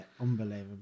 unbelievable